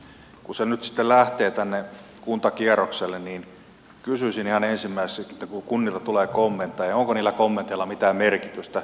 kun se nyt sitten lähtee kuntakierrokselle niin kysyisin ihan ensimmäiseksi että kun kunnilta tulee kommentteja niin onko niillä kommenteilla mitään merkitystä